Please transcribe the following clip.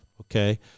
Okay